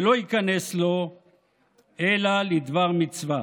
ולא ייכנס לו אלא לדבר מצווה,